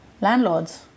landlords